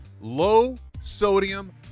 low-sodium